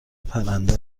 پرنده